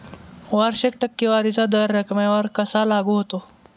वार्षिक टक्केवारीचा दर रकमेवर कसा लागू होतो?